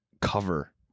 cover